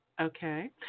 Okay